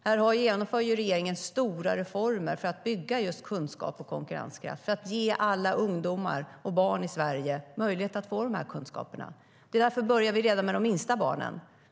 Här genomför regeringen stora reformer för att bygga just kunskap och konkurrenskraft så att alla barn och ungdomar i Sverige har möjlighet att få de här kunskaperna. Det är därför vi börjar redan med de minsta barnen.